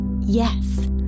Yes